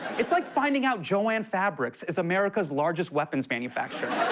it's like finding out jo-ann fabrics is america's largest weapons manufacturer.